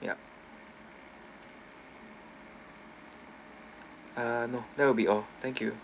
yup ah no that will be all thanl you